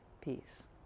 peace